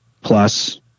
plus